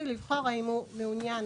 הלאומית,